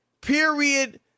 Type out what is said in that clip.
period